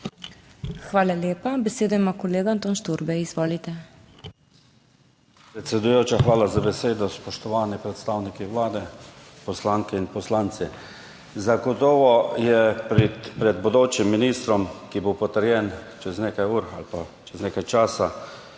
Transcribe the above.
Hvala lepa. Besedo ima kolega Anton Šturbej, izvolite. **ANTON ŠTURBEJ (PS SDS):** Predsedujoča, hvala za besedo. Spoštovani predstavniki Vlade, poslanke in poslanci. Zagotovo je pred bodočim ministrom, ki bo potrjen čez nekaj ur ali pa čez nekaj časa,